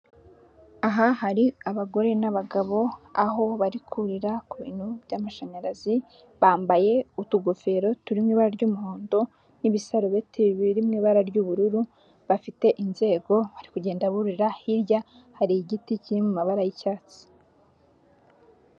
Aha hari abagore n'abagabo, aho bari kurira ku bintu by'amashanyarazi, bambaye utugofero turi mu ibara ry'umuhondo n'ibisarubeti biri mu ibara ry'ubururu, bafite inzego bari kugenda burira, hirya hari igiti kiri mu mabara y'icyatsi.